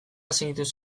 segituz